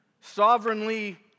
sovereignly